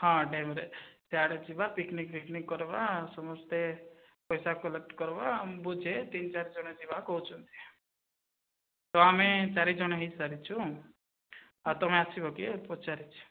ହିଁ ଡ୍ୟାମ୍ରେ ସିଆଡ଼େ ଯିବା ପିକନିକ୍ ଫିକନିକ୍ କରବା ସମସ୍ତେ ପଇସା କଲେକ୍ଟ କରିବା ବୁଝେ ତିନି ଚାରି ଜଣ ଯିବା କହୁଛନ୍ତି ତ ଆମେ ଚାରି ଜଣ ହୋଇ ସାରିଛୁ ଆଉ ତୁମେ ଆସିବ କି ପଚାରୁଛି